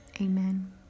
amen